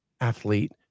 athlete